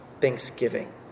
thanksgiving